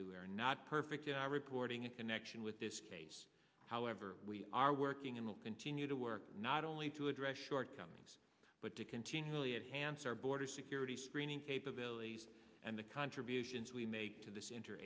do or not perfect in our reporting and connection with this case however we are working in will continue to work not only to address shortcomings but to continually add hansard border security screening capabilities and the contributions we make to this enter